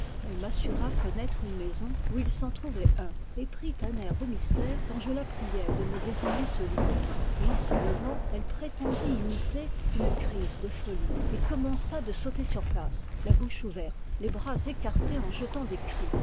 elle m'assura connaître une maison où il s'en trouvait un et prit un air de mystère quand je la priai de me désigner ce lieu puis se levant elle prétendit imiter une crise de folie et commença de sauter sur place la bouche ouverte les bras écartés en jetant des cris